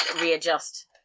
readjust